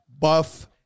buff